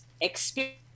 experience